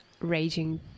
raging